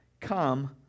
Come